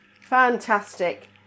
Fantastic